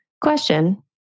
Question